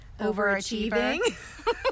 overachieving